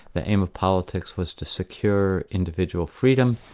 the aim of politics was to secure individual freedom,